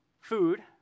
food